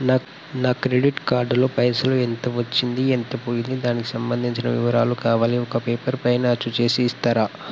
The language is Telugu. నా క్రెడిట్ కార్డు లో పైసలు ఎంత వచ్చింది ఎంత పోయింది దానికి సంబంధించిన వివరాలు కావాలి ఒక పేపర్ పైన అచ్చు చేసి ఇస్తరా?